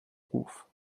ruf